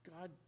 God